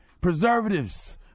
Preservatives